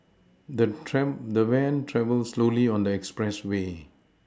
the the van travelled slowly on the expressway